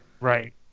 right